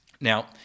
Now